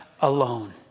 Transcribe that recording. alone